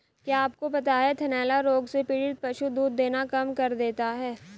क्या आपको पता है थनैला रोग से पीड़ित पशु दूध देना कम कर देता है?